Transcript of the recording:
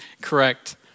correct